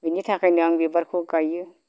बिनि थाखायनो आं बिबारखौ गायो